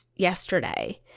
yesterday